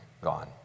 gone